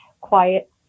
quiet